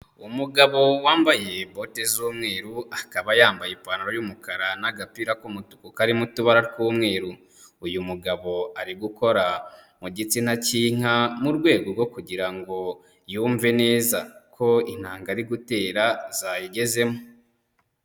Umugabo wambaye bote z'umweru, akaba yambaye ipantaro y'umukara n'agapira k'umutuku karimo utubara tw'umweru. Uyu mugabo ari gukora mu gitsina cy'inka mu rwego rwo kugira ngo yumve neza ko intanga ari gutera zayigezemo.